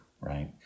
right